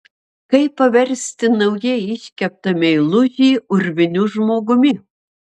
kaip paversti naujai iškeptą meilužį urviniu žmogumi